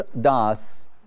Das